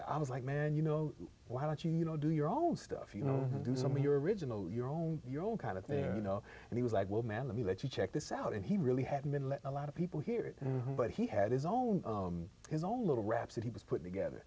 i was like man you know why don't you you know do your own stuff you know do some of your original your own your own kind of thing you know and he was like well man let me let you check this out and he really had been let a lot of people here but he had his own his own little raps that he was put together